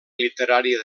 literària